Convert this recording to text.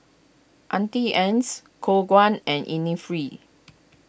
Auntie Ann's Khong Guan and Innisfree